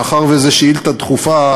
מאחר שזו שאילתה דחופה,